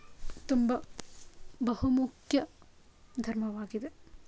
ತುಂಬ ಬಹುಮುಖ್ಯ ಧರ್ಮವಾಗಿದೆ